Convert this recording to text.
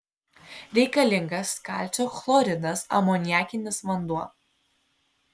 reikalingas kalcio chloridas amoniakinis vanduo